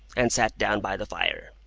and sat down by the fire.